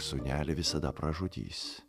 o sūnelį visada pražudys